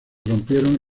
rompieron